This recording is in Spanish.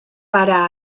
para